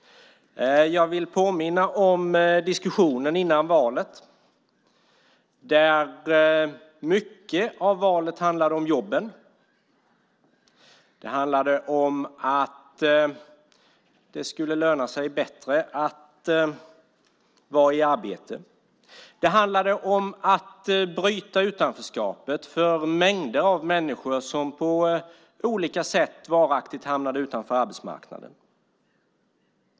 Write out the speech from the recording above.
Jag vill påminna om diskussionen före valet. Mycket av valet handlade om jobben. Det handlade om att det skulle löna sig bättre att vara i arbete. Det handlade om att bryta utanförskapet för mängder av människor, som på olika sätt varaktigt hamnade utanför arbetsmarknaden.